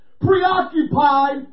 Preoccupied